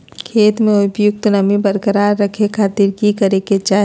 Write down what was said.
खेत में उपयुक्त नमी बरकरार रखे खातिर की करे के चाही?